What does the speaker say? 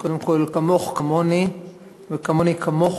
קודם כול, כמוך כמוני וכמוני כמוך.